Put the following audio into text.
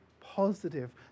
positive